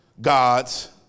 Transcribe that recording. God's